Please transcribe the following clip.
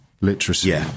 literacy